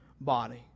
body